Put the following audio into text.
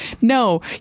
No